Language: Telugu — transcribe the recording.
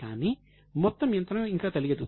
కాని మొత్తం ఎంతనో ఇంకా తెలియదు